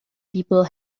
people